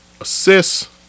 assists